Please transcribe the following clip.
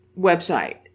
website